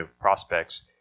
prospects